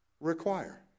require